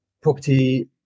property